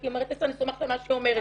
היא אומרת 10 אני סומכת על מה שהיא אומרת.